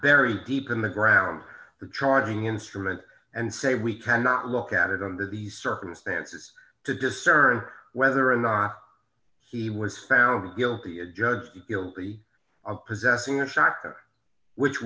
bury deep in the ground the charging instrument and say we cannot look at it under the circumstances to discern whether or not he was found guilty a judge guilty of possessing a shot which